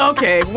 Okay